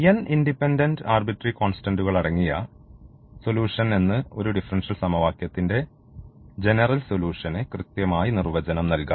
n independent arbitrary കോൺസ്റ്റന്റുകൾ അടങ്ങിയ solution എന്ന് ഒരു ഡിഫറൻഷ്യൽ സമവാക്യത്തിൻറെ ജനറൽ സൊലൂഷന് കൃത്യമായി നിർവചനം നൽകാം